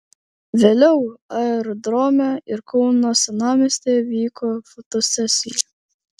vėliau aerodrome ir kauno senamiestyje vyko fotosesija